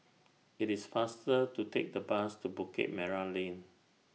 IT IS faster to Take The Bus to Bukit Merah Lane